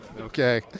Okay